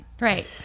Right